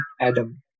Adam